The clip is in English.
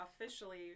officially